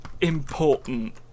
important